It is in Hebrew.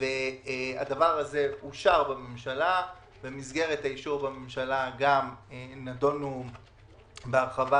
הדבר הזה אושר בממשלה ובמסגרת אישור הממשלה נדונו בהרחבה